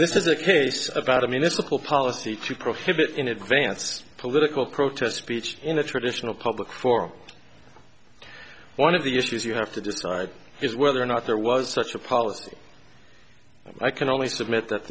this is a case about i mean it's a full policy to prohibit in advance political protest speech in a traditional public forum one of the issues you have to decide is whether or not there was such a policy i can only submit that